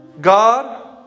God